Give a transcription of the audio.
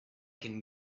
can